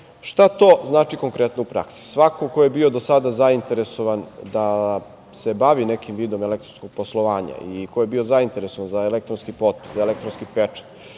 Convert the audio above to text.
to znači konkretno u praksi? Svako ko je bio do sada zainteresovan da se bavi nekim vidom elektronskog poslovanja i ko je bio zainteresovan za elektronski potpis, elektronski pečat